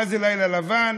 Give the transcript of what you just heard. מה זה לילה לבן?